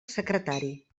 secretari